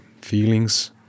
feelings